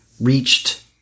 reached